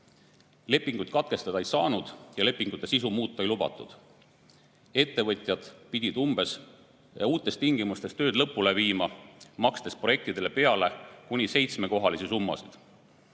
Lepinguid katkestada ei saanud ja lepingute sisu muuta ei lubatud. Ettevõtjad pidid uutes tingimustes tööd lõpule viima, makstes projektidele peale kuni seitsmekohalisi summasid,